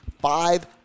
five